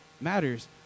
matters